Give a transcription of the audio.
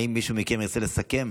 האם מישהו מכם ירצה לסכם?